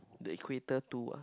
the equator two ah